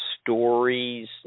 stories